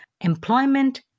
employment